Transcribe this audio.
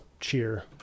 cheer